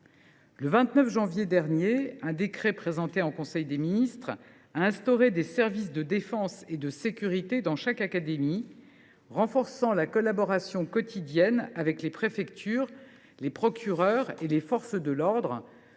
Le 29 janvier dernier, un décret présenté en Conseil des ministres a instauré des services de défense et de sécurité dans chaque académie, renforçant la collaboration quotidienne avec les préfectures, les procureurs et les forces de l’ordre,